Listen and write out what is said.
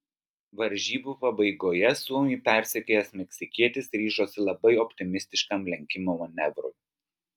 varžybų pabaigoje suomį persekiojęs meksikietis ryžosi labai optimistiškam lenkimo manevrui